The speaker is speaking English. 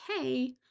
hey